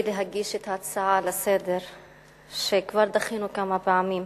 אם להגיש את ההצעה לסדר-היום שכבר דחינו כמה פעמים.